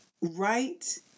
right